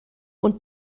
und